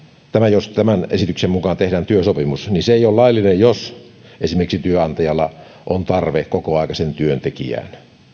jos tehdään työsopimus niin se ei ole laillinen jos esimerkiksi työnantajalla on tarve kokoaikaiseen työntekijään